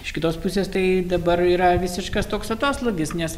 iš kitos pusės tai dabar yra visiškas toks atoslūgis nes